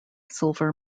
silver